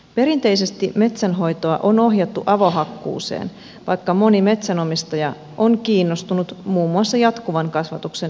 perinteisesti metsänhoitoa on ohjattu avohakkuuseen vaikka moni metsänomistaja on kiinnostunut muun muassa jatkuvan kasvatuksen menetelmästä